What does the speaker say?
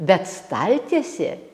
bet staltiesė